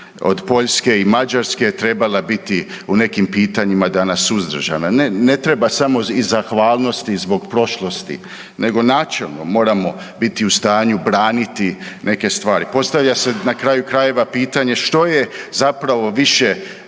od Poljske i Mađarske trebala biti u nekim pitanjima danas suzdržana. Ne, ne treba samo iz zahvalnosti zbog prošlosti, nego načelno moramo biti u stanju braniti neke stvari. Postavlja se na kraju krajeva pitanje što je zapravo više